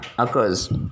occurs